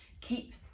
keep